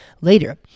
later